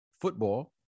football